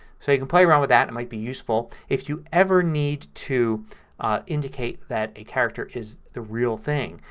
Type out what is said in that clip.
so you can play around with that. it might be useful. if you ever need to indicate that a character is the real thing,